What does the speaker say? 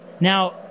Now